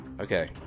Okay